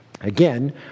again